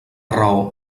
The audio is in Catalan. raó